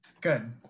good